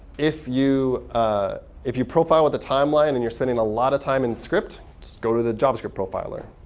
if you ah if you profile with the timeline, and you're spending a lot of time in script, just go to the javascript profiler.